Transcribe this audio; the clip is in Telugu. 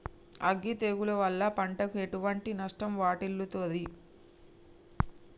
అగ్గి తెగులు వల్ల పంటకు ఎటువంటి నష్టం వాటిల్లుతది?